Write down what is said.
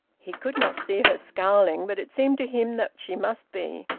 he could not see her scowling, but it seemed to him that she must be.